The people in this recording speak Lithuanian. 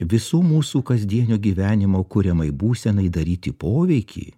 visų mūsų kasdienio gyvenimo kuriamai būsenai daryti poveikį